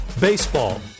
Baseball